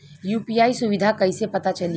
UPI सुबिधा कइसे पता चली?